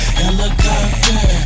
helicopter